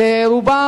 רובם